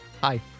Hi